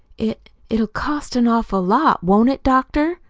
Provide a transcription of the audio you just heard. it it'll cost an awful lot, won't it, doctor?